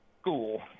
school